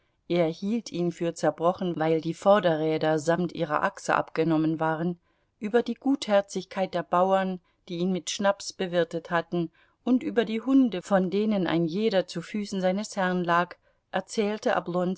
er hielt ihn für zerbrochen weil die vorderräder samt ihrer achse abgenommen waren über die gutherzigkeit der bauern die ihn mit schnaps bewirtet hatten und über die hunde von denen ein jeder zu füßen seines herrn lag erzählte